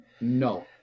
no